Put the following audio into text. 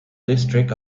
district